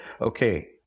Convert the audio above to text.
okay